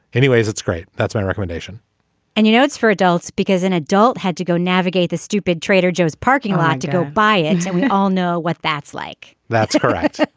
anyways it's great. that's my recommendation and you know it's for adults because an adult had to go navigate the stupid trader joe's parking lot to go buy it. we all know what that's like that's right.